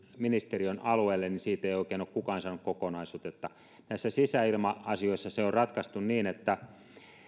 ministeriön alueelle niin siitä ei oikein ole kukaan saanut kokonaisotetta näissä sisäilma asioissa se on ratkaistu niin että